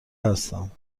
هستم